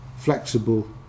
Flexible